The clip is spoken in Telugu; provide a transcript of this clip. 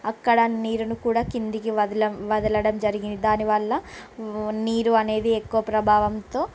అక్కడ నీరుని కూడా కిందకు వదలం వదలడం జరిగింది దాని వల్ల నీరు అనేది ఎక్కువ ప్రభావంతో